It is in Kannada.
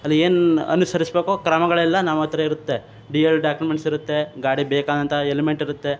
ಅಲ್ಲಿ ಏನು ಅನುಸರಿಸಬೇಕೊ ಕ್ರಮಗಳೆಲ್ಲ ನಮ್ಮ ಹತ್ರ ಇರುತ್ತೆ ರಿಯಲ್ ಡಾಕ್ಯುಮೆಂಟ್ಸ್ ಇರುತ್ತೆ ಗಾಡಿ ಬೇಕಾದಂಥ ಎಲ್ಮೆಂಟ್ ಇರುತ್ತೆ